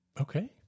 Okay